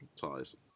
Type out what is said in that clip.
ties